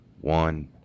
one